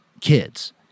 kids